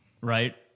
right